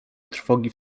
trwogi